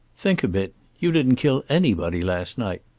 think a bit. you didn't kill anybody last night.